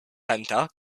center